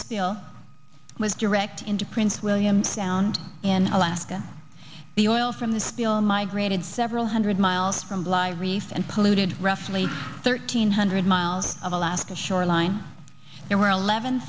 deal was direct into prince william sound in alaska the oil from the spill migrated several hundred miles from bligh reef and polluted roughly thirteen hundred miles of alaska shoreline there were eleven